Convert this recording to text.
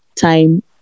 time